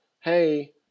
Hey